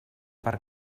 per